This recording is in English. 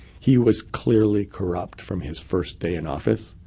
he was clearly corrupt from his first day in office.